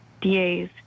DAs